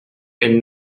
elle